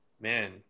man